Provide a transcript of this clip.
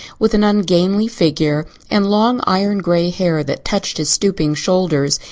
with an ungainly figure and long iron-gray hair that touched his stooping shoulders,